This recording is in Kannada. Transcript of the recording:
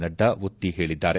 ನಡ್ಡಾ ಒತ್ತಿ ಹೇಳಿದ್ದಾರೆ